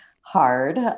hard